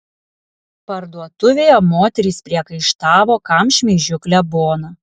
parduotuvėje moterys priekaištavo kam šmeižiu kleboną